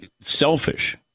selfish